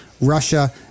Russia